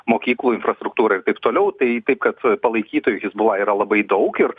mokyklų infrastruktūrą ir taip toliau tai taip kad palaikytojų hizbula yra labai daug ir